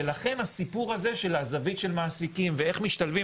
ולכן הסיפור הזה של הזווית של מעסיקים ואיך משתלבים